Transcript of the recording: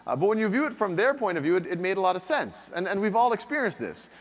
ah but when you view it from their point of view, it it made a lot of sense, and and we've all experienced this.